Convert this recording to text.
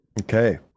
okay